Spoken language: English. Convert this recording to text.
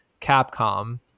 Capcom